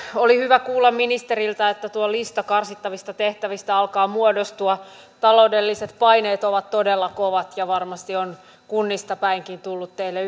oli hyvä kuulla ministeriltä että tuo lista karsittavista tehtävistä alkaa muodostua taloudelliset paineet ovat todella kovat ja varmasti on kunnista päinkin tullut teille